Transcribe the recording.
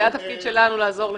זה התפקיד שלנו לעזור לך.